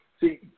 see